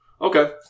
okay